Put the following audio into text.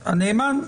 הנאמן.